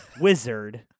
wizard